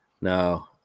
no